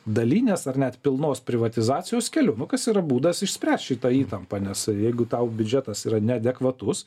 dalinės ar net pilnos privatizacijos keliu nu kas tai yra būdas išspręst šitą įtampą nes jeigu tau biudžetas yra neadekvatus